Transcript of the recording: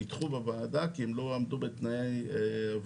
הם נדחו בוועדה כי הם לא עמדו בתנאי הוועדה.